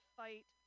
fight